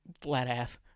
flat-ass